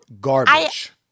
garbage